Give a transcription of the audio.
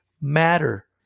matter